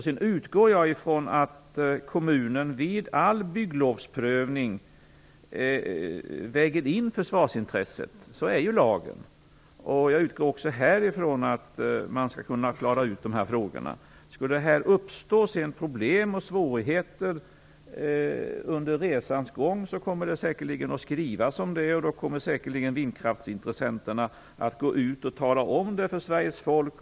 Sedan utgår jag ifrån att kommunerna vid all bygglovsprövning väger in försvarsintresset. Så är ju lagen. Jag utgår också ifrån att man härifrån skall kunna klara ut dessa frågor. Om det sedan uppstår problem och svårigheter under resans gång kommer det säkerligen att uppmärksammas, och då kommer säkerligen vindkraftsintressenterna att gå ut och upplysa Sveriges folk om det.